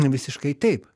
visiškai taip